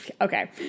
okay